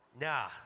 Nah